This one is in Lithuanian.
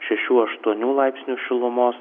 šešių aštuonių laipsnių šilumos